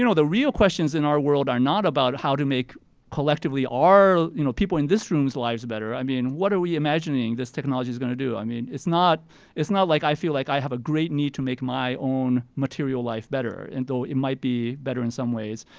you know the real questions in our world are not about how to make collectively our you know people in this room's lives better. i mean, what are we imagining this technology is gonna do? i mean, it's not it's not like i feel like i have a great need to make my own material life better. and though it might be better in some ways,